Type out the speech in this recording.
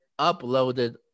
uploaded